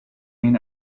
mean